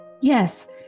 yes